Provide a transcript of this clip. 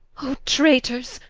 o traitors,